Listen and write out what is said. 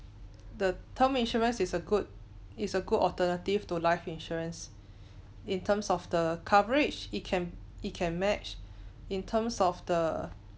the term insurance is a good is a good alternative to life insurance in terms of the coverage it can it can match in terms of the